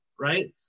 right